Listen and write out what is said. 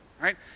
right